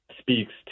speaks